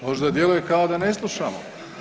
Možda djeluje kao da ne slušamo.